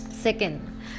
Second